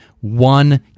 one